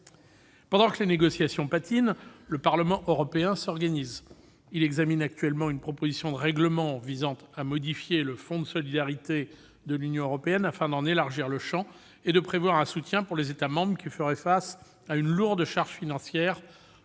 Pendant que les négociations patinent, le Parlement européen s'organise. Il examine actuellement une proposition de règlement visant à modifier le Fonds de solidarité de l'Union européenne afin d'en élargir le champ et de prévoir un soutien pour les États membres qui feraient face à une lourde charge financière